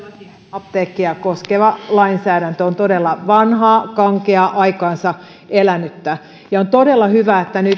apteekkia koskeva lainsäädäntö on todella vanhaa kankeaa aikansa elänyttä ja on todella hyvä että